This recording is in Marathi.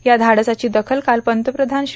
या धाडसाची दखल काल पंतप्रधान श्री